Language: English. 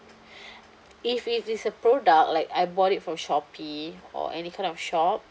if it is a product like I bought it from shopee or any kind of shop